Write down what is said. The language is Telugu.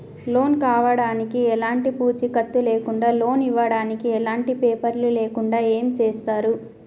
లోన్ కావడానికి ఎలాంటి పూచీకత్తు లేకుండా లోన్ ఇవ్వడానికి ఎలాంటి పేపర్లు లేకుండా ఏం చేస్తారు?